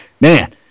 man